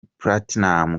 platinum